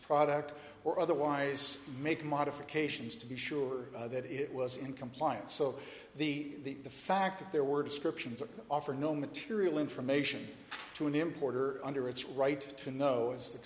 product or otherwise make modifications to be sure that it was in compliance so the fact that there were descriptions that offer no material information to an importer under its right to know as th